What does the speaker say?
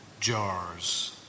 jars